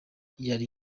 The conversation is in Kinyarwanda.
yari